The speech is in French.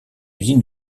usine